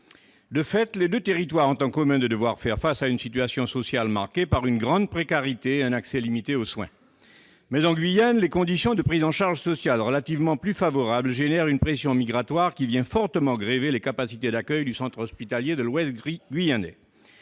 De fait, les deux territoires ont en commun de devoir faire face à une situation sociale marquée par une grande précarité et un accès limité aux soins. Mais en Guyane, les conditions de prise en charge sociale relativement plus favorables génèrent une pression migratoire qui vient fortement grever les capacités d'accueil du centre hospitalier de l'Ouest guyanais.